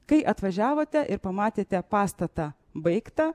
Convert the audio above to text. kai atvažiavote ir pamatėte pastatą baigtą